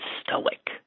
stoic